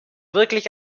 wirklich